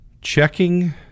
checking